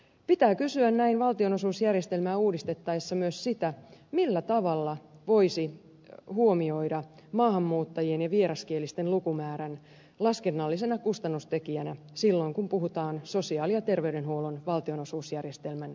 pitää kysyä näin valtionosuusjärjestelmää uudistettaessa myös sitä millä tavalla voisi huomioida maahanmuuttajien ja vieraskielisten lukumäärän laskennallisena kustannustekijänä silloin kun puhutaan sosiaali ja terveydenhuollon valtionosuusjärjestelmän uusimisesta